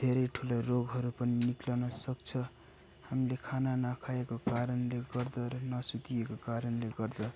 धेरै ठुलो रोगहरू पनि निक्लन सक्छ हामीले खाना नखाएको कारणले गर्दा र नसुतिएको कारणले गर्दा